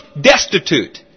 destitute